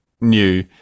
new